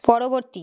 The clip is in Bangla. পরবর্তী